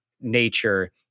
nature